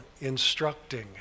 instructing